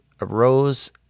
arose